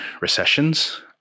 recessions